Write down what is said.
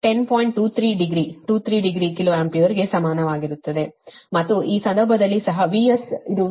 23 degree 23 degree kilo ಆಂಪಿಯರ್ಗೆ ಸಮನಾಗಿರುತ್ತದೆ ಮತ್ತು ಈ ಸಂದರ್ಭದಲ್ಲಿ ಸಹ VS ಇದು VS ಕೋನ 5